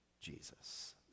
jesus